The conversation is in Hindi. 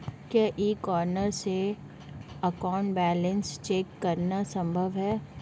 क्या ई कॉर्नर से अकाउंट बैलेंस चेक करना संभव है?